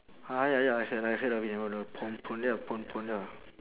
ah ya ya I heard I heard of it and with the pon pon ya pon pon ya